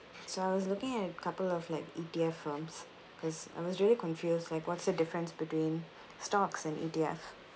so I was looking at a couple of like E_T_F firms cause I was really confused like what's the difference between stocks and E_T_F